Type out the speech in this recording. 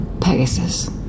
Pegasus